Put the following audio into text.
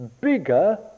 bigger